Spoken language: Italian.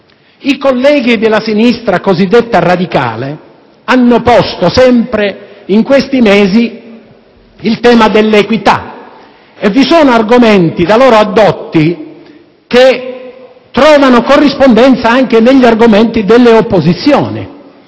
I colleghi della sinistra cosiddetta radicale hanno posto sempre in questi mesi il tema dell'equità e vi sono argomenti da loro addotti che trovano corrispondenza anche negli argomenti delle opposizioni;